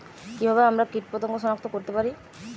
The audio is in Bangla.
কিভাবে আমরা কীটপতঙ্গ সনাক্ত করতে পারি?